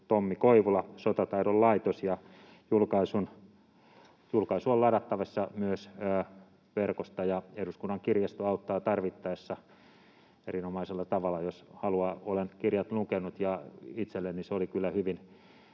Tommi Koivula, sotataidon laitos. Julkaisu on ladattavissa myös verkosta, ja eduskunnan kirjasto auttaa tarvittaessa erinomaisella tavalla, jos joku haluaa. Olen kirjan lukenut, ja itselleni se oli kyllä hyvin